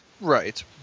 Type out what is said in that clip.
right